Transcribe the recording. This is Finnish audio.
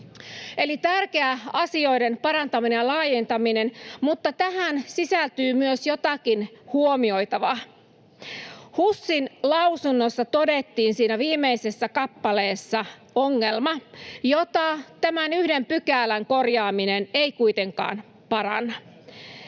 tärkeä asioiden parantaminen ja laajentaminen, mutta tähän sisältyy myös jotakin huomioitavaa. HUSin lausunnossa todettiin viimeisessä kappaleessa ongelma, jota tämän yhden pykälän korjaaminen ei kuitenkaan paranna.